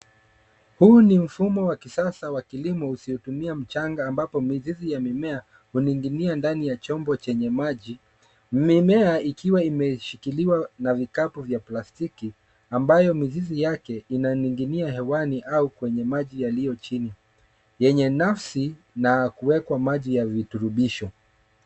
Huu ni mfumo wa kisasa wa kilimo usiotumia mchanga ambapo mizizi ya mimea huning'inia ndani ya chombo chenye maji. Mimea ikiwa imeshikiliwa na vikapu vya plastiki ambayo mizizi yake inaning'inia hewani au kwenye maji yaliyo chini yenye nafsi na kuwekwa maji ya virutubisho.